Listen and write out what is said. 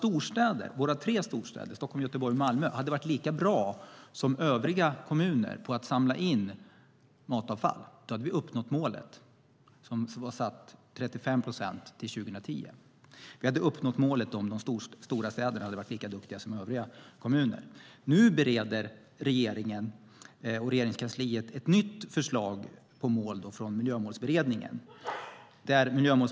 Om våra tre storstäder, Stockholm, Göteborg och Malmö, hade varit lika bra som övriga kommuner på att samla in matavfall hade vi uppnått det mål om 35 procent som var satt till 2010. Vi hade uppnått målet om de stora städerna hade varit lika duktiga som övriga kommuner. Nu bereder regeringen och Regeringskansliet ett nytt förslag på mål från Miljömålsberedningen.